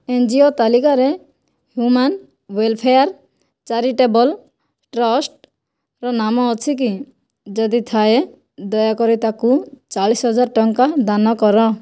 NGO ତାଲିକାରେ human welfare charitable ଟ୍ରଷ୍ଟ୍ର ନାମ ଅଛିକି ଯଦି ଥାଏ ଦୟାକରି ତାକୁ ଚାଳିଶ ହଜାର ଟଙ୍କା ଦାନ କର